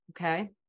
Okay